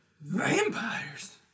Vampires